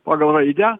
pagal raidę